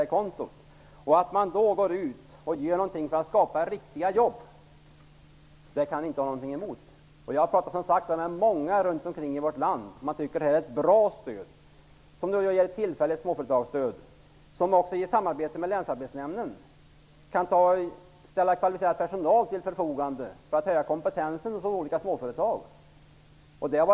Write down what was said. Jag har inte något emot att man då går ut och gör något för att skapa riktiga jobb. Jag har pratat med många i vårt land som tycker att småföretagsstödet är bra. I samarbete med länsarbetsnämnderna kan kvalificerad personal ställas till förfogande för att höja kompetensen hos olika småföretag.